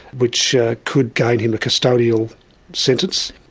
which ah could gain him a custodial sentence,